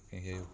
can hear you